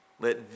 Let